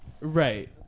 Right